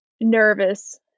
nervous